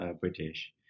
British